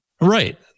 Right